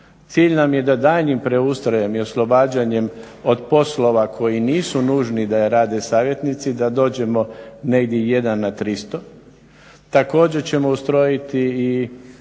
Cilj nam je da daljnjim preustrojem i oslobađanjem od poslova koji nisu nužni da rade savjetnici da dođemo negdje 1 na 300. Također ćemo ustrojiti i